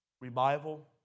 revival